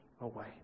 away